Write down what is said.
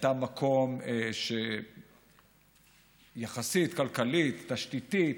הייתה מקום שיחסית, כלכלית, תשתיתית,